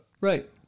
Right